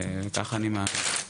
וככה אני מאמין.